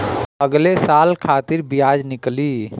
अगले साल खातिर बियाज निकली